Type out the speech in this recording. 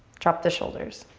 drop the shoulders.